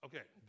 Okay